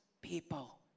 people